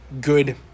good